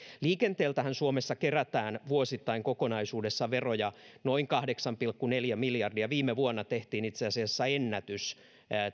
liikenteeltähän suomessa kerätään vuosittain kokonaisuudessa veroja noin kahdeksan pilkku neljä miljardia viime vuonna tehtiin itse asiassa ennätys